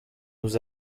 nous